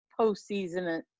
postseason